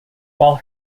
while